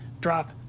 drop